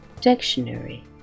Dictionary